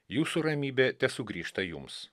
jūsų ramybė tesugrįžta jums